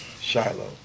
Shiloh